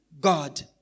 God